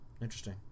Interesting